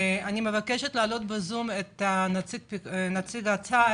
אני מבקשת לשמוע בזום את נציג צה"ל,